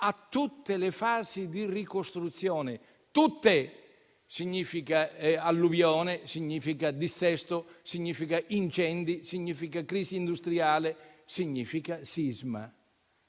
a tutte le fasi di ricostruzione. Tutte significa alluvione, significa dissesto, significa incendi, significa crisi industriale, significa sisma;